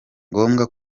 ngombwa